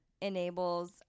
enables